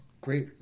great